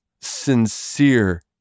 sincere